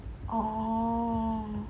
oh